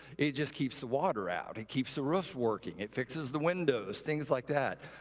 it just keeps the water out, it keeps the roofs working, it fixes the windows, things like that.